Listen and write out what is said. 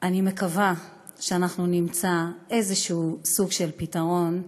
אני מקווה שאנחנו נמצא איזשהו סוג של פתרון,